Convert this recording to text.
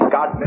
God